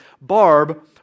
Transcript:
Barb